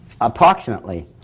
approximately